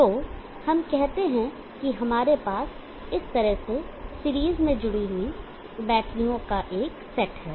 तो हम कहते हैं कि हमारे पास इस तरह से सीरीज में जुडी बैटरीओं का एक सेट है